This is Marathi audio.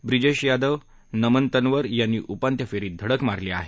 ब्रिजेश यादव नमन तन्वर यांनी उपांत्य फेरीत धडक मारली आहे